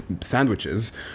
sandwiches